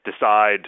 decide